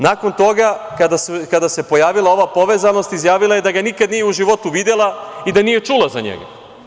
Nakon toga, kada se pojavila ova povezanost, izjavila je da ga nikada u životu nije videla i da nije čula za njega.